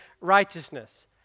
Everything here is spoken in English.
righteousness